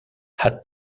had